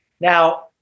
Now